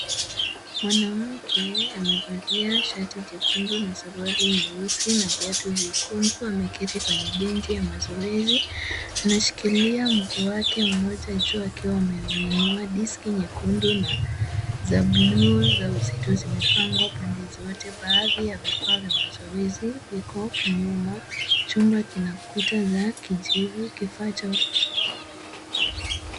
Mwanamke amevalia shati jekundu na suruali nyeusi na viatu vyekundu. Ameketi kwenye benchi ya mazoezi. Anashikilia mguu wake mmoja juu akiwa ameuinua. Diski nyekundu na za buluu za uzito zimepangwa pande zote. Baadhi ya vifaa vya mazoezi viko nyuma. Chumba kina kuta za kijivu kifaacho.